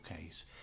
case